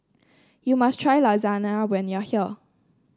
you must try Lasagne when you are here